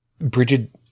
Bridget